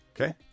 Okay